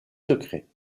secret